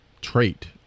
trait